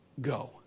Go